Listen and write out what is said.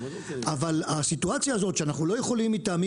אבל הסיטואציה הזאת שאנחנו לא יכולים מטעמים